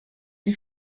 die